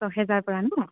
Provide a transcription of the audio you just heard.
ছহেজাৰৰ পৰা নহ্